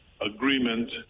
agreement